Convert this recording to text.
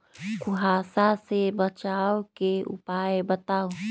कुहासा से बचाव के उपाय बताऊ?